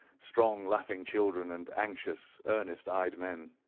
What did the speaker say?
strong laughing children, and anxious earnest-eyed men.